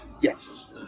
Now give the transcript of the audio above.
Yes